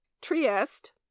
Trieste